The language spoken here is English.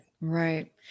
Right